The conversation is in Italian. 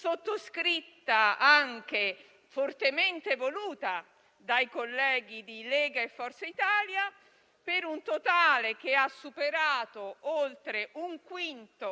sottoscritta e fortemente voluta anche dai colleghi di Lega e Forza Italia, per un totale che ha superato un quinto